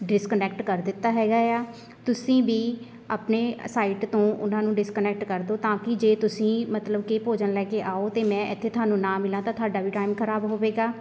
disconnect ਕਰ ਦਿੱਤਾ ਹੈਗਾ ਆ ਤੁਸੀਂ ਵੀ ਆਪਣੇ ਸਾਈਡ ਤੋਂ ਉਹਨਾਂ ਨੂੰ ਡਿਸਕਨੈਕਟ ਕਰ ਦਿਉ ਤਾਂ ਕਿ ਜੇ ਤੁਸੀਂ ਮਤਲਬ ਕਿ ਭੋਜਨ ਲੈ ਕੇ ਆਉ ਤਾਂ ਮੈਂ ਇੱਥੇ ਤੁਹਾਨੂੰ ਨਾ ਮਿਲਾਂ ਤਾਂ ਤੁਹਾਡਾ ਵੀ ਟਾਈਮ ਖਰਾਬ ਹੋਵੇਗਾ